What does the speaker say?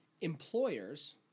employers